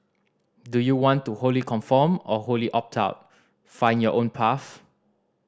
do you want to wholly conform or wholly opt out find your own path